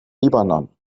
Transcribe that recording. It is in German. libanon